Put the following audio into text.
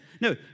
No